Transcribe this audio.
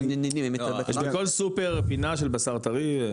יש בכל סופר פינה של בשר טרי.